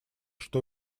что